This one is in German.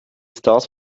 stars